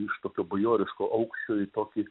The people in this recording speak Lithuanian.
iš tokio bajoriško aukščio į tokį